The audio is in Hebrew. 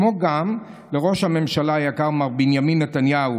כמו גם לראש הממשלה היקר מר בנימין נתניהו,